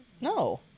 No